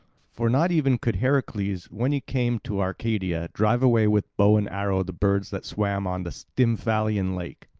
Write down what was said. for not even could heracles, when he came to arcadia, drive away with bow and arrow the birds that swam on the stymphalian lake.